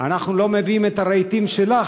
אנחנו לא מביאים את הרהיטים שלך,